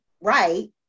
right